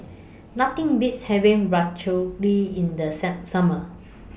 Nothing Beats having Ratatouille in The Some Summer